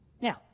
Now